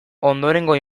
ondorengo